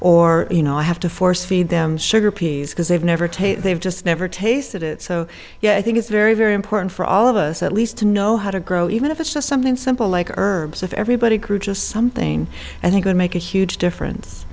or you know i have to force feed them sugar peas because they've never taste they've just never tasted it so yeah i think it's very very important for all of us at least to know how to grow even if it's just something simple like herbs if everybody crew just something i think would make a huge difference